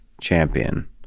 champion